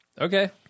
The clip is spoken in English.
Okay